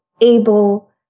able